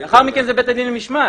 לאחר מכן זה בית הדין למשמעית.